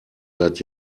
seit